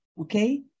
Okay